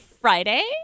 Friday